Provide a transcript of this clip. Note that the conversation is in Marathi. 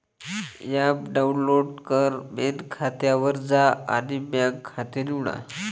ॲप डाउनलोड कर, मेन खात्यावर जा आणि बँक खाते निवडा